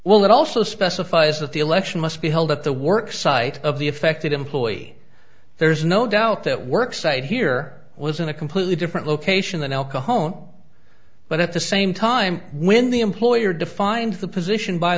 will it also specify is that the election must be held at the work site of the affected employee there's no doubt that work site here was in a completely different location than elka home but at the same time when the employer defined the position by